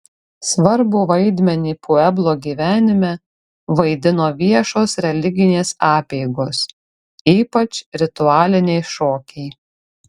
svarbų vaidmenį pueblo gyvenime vaidino viešos religinės apeigos ypač ritualiniai šokiai